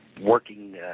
working